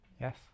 Yes